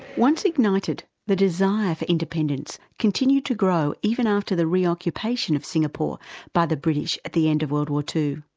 once ignited, the desire for independence continued to grow, even after the reoccupation of singapore by the british at the end of world war ii.